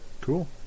Cool